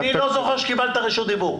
אני לא זוכר שקיבלת רשות דיבור.